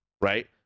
right